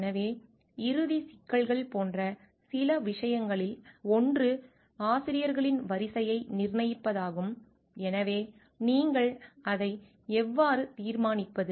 எனவே இறுதி சிக்கல்கள் போன்ற சில விஷயங்களில் ஒன்று ஆசிரியர்களின் வரிசையை நிர்ணயிப்பதாகும் எனவே நீங்கள் அதை எவ்வாறு தீர்மானிப்பது